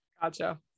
gotcha